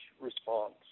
response